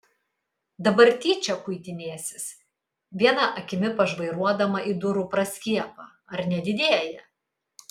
dabar tyčia kuitinėsis viena akimi pažvairuodama į durų praskiepą ar nedidėja